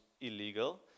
illegal